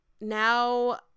now